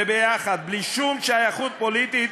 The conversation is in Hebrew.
וביחד, בלי שום שייכות פוליטית,